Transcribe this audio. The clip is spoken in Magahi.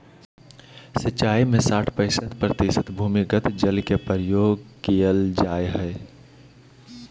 सिंचाई में साठ पईंसठ प्रतिशत भूमिगत जल के प्रयोग कइल जाय हइ